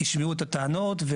ישמעו את הטענות,